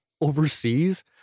overseas